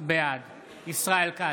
בעד ישראל כץ,